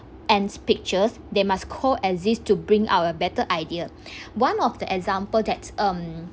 and pictures they must co exist to bring out a better idea one of the example that um